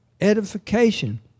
edification